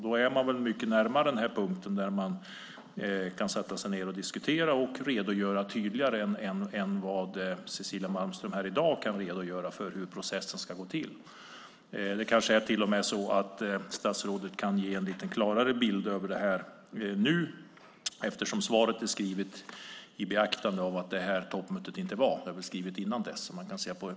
Då är man mycket nära den punkt där man kan sätta sig ned och diskutera och redogöra, tydligare än vad Cecilia Malmström kan göra här i dag, för hur processen ska gå till. Det kanske till och med är så att statsrådet kan ge en liten klarare bild av det här nu, i beaktande av att svaret är skrivet innan toppmötet hade varit.